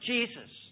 Jesus